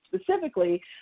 specifically